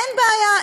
אין בעיה,